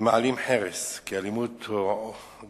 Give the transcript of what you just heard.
ומעלים חרס, כי האלימות גואה,